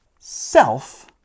self